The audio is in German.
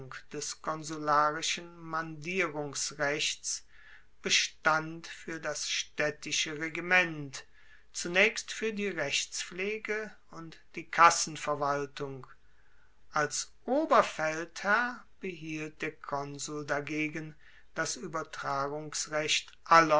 des konsularischen mandierungsrechts bestand fuer das staedtische regiment zunaechst fuer die rechtspflege und die kassenverwaltung als oberfeldherr behielt der konsul dagegen das